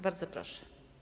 Bardzo proszę.